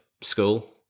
school